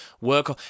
work